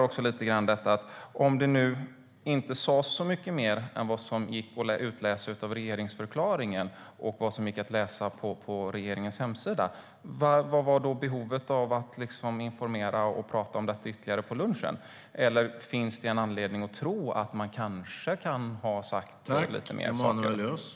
Om det nu inte sas så mycket mer än vad som gick att utläsa av regeringsförklaringen och på regeringens hemsida, vad fanns det då för behov av att informera och prata om detta ytterligare vid lunchen? Eller finns det anledning att tro att man kanske kan ha sagt lite mer saker vid tillfället?